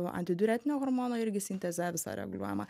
antidiuretinio hormono irgi sintezė visa reguliuojama